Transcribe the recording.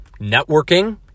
networking